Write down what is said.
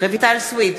רויטל סויד,